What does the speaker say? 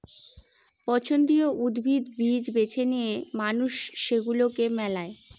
পছন্দীয় উদ্ভিদ, বীজ বেছে নিয়ে মানুষ সেগুলাকে মেলায়